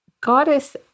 Goddess